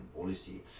policy